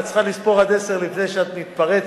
את צריכה לספור עד עשר לפני שאת מתפרצת.